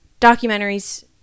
documentaries